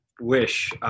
wish –